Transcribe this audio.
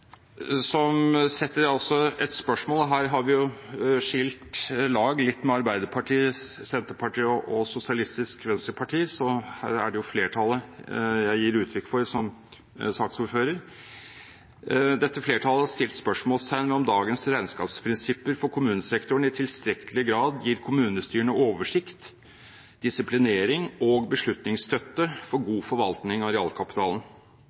her har vi skilt litt lag med Arbeiderpartiet, Senterpartiet og Sosialistisk Venstreparti, så her er det flertallets syn jeg gir uttrykk for som saksordfører – setter et spørsmålstegn ved om dagens regnskapsprinsipper for kommunesektoren i tilstrekkelig grad gir kommunestyrene oversikt, disiplinering og beslutningsstøtte for god forvaltning av realkapitalen.